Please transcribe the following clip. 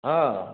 ହଁ